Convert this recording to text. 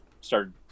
started